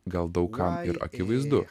gal daug kam ir akivaizdu